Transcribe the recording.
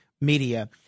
media